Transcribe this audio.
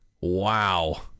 Wow